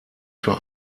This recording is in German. für